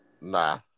Nah